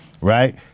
right